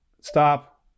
Stop